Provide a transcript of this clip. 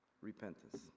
Repentance